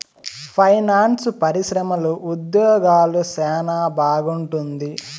finance పరిశ్రమలో ఉద్యోగాలు సెనా బాగుంటుంది